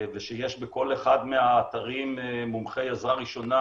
ושיש בכל אחד מהאתרים מומחי עזרה ראשונה